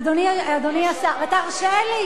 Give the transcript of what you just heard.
אדוני השר, זה עוד לא שבת.